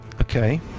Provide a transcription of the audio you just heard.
Okay